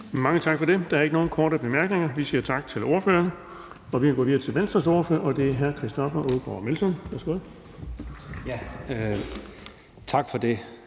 Mange tak for det. Der er ikke nogen korte bemærkninger. Vi siger tak til ordføreren. Vi kan gå videre til Venstres ordfører, og det er hr. Christoffer Aagaard Melson. Værsgo. Kl.